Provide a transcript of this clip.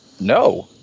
No